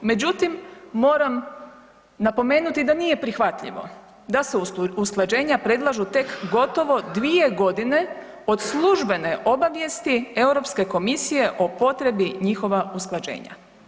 Međutim, moram napomenuti da nije prihvatljivo da se usklađenja predlažu tek gotovo 2.g. od službene obavijesti Europske komisije o potrebi njihova usklađenja.